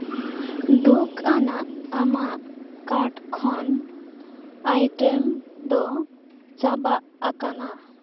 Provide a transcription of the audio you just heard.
ᱫᱩᱠᱷ ᱟᱱᱟᱜ ᱟᱢᱟᱜ ᱠᱟᱨᱰ ᱠᱷᱚᱱ ᱟᱭᱴᱮᱢ ᱫᱚ ᱪᱟᱵᱟ ᱟᱠᱟᱱᱟ